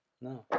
No